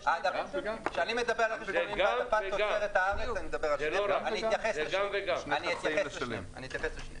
כשאני אדבר על רכש גומלין והעדפת תוצרת הארץ אתייחס לשניהם.